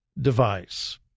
device